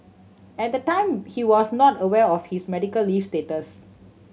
at the time he was not aware of his medical leave status